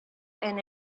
and